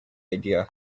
idea